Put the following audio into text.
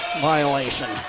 violation